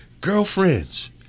Girlfriends